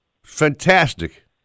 Fantastic